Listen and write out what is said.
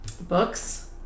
books